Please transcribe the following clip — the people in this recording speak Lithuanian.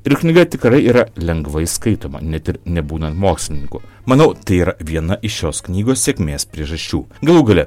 ir knyga tikrai yra lengvai skaitoma net ir nebūnant mokslininku manau tai yra viena iš šios knygos sėkmės priežasčių galų gale